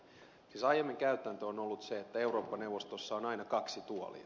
siis aiemmin käytäntö on ollut se että eurooppa neuvostossa on aina kaksi tuolia